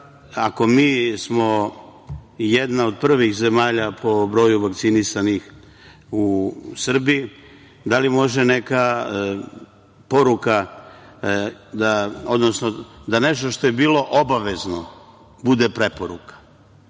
ako smo mi jedna od prvih zemalja po broju vakcinisanih u Srbiji, da li može neka poruka, odnosno da nešto što je bilo obavezno bude preporuka,